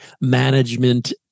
management